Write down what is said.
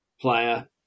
player